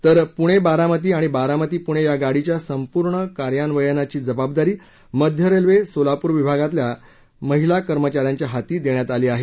तर पुणे बारामती आणि बारामती पुणे या गाडीच्या संपूर्ण कार्यान्वयाची जबाबदारी मध्य रेल्वे सोलापूर विभागातल्या महिला कर्मचाऱ्यांच्या हाती देण्यात आली आहे